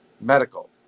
medical